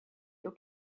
your